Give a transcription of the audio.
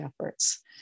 efforts